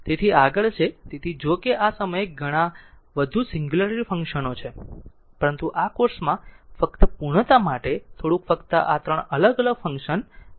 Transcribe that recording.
તેથી આગળ છે તેથી જોકે આ સમયે ઘણા વધુ સિંગ્યુલારીટી ફંક્શનો છે પરંતુ આ કોર્સમાં ફક્ત પૂર્ણતા માટે થોડુંક ફક્ત આ 3 અલગ અલગ ફંક્શન ો આપ્યા છે